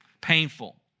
Painful